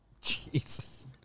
Jesus